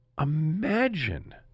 imagine